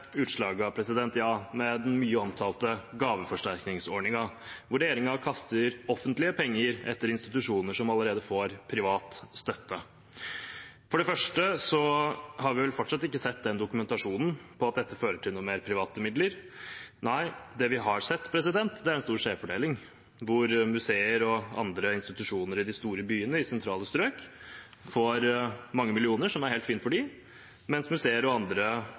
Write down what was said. med den mye omtalte gaveforsterkningsordningen, hvor regjeringen kaster offentlige penger etter institusjoner som allerede får privat støtte. For det første har vi vel fortsatt ikke sett dokumentasjon på at dette fører til noe mer private midler. Nei – det vi har sett, er en stor skjevfordeling, hvor museer og andre institusjoner i de store byene og i sentrale strøk får mange millioner, som er helt fint for dem, mens museer, og andre,